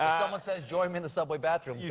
someone says, join me in the subway bathroom, yeah